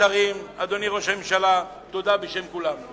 השרים, אדוני ראש הממשלה, תודה בשם כולם.